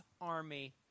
army